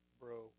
bro